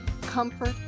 comfort